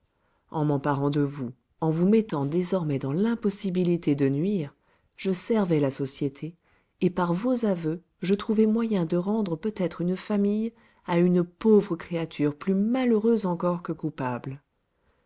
en m'emparant de vous en vous mettant désormais dans l'impossibilité de nuire je servais la société et par vos aveux je trouvais moyen de rendre peut-être une famille à une pauvre créature plus malheureuse encore que coupable